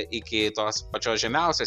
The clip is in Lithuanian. iki tos pačios žemiausios